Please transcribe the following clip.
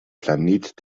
planet